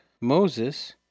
Moses